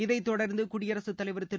இதைத் தொடர்ந்து குடியரசுத்தலைவர் திரு